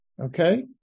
Okay